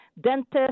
Dentists